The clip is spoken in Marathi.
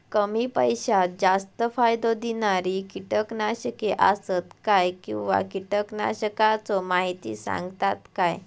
कमी पैशात जास्त फायदो दिणारी किटकनाशके आसत काय किंवा कीटकनाशकाचो माहिती सांगतात काय?